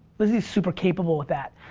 lizzy's super capable with that.